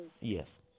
Yes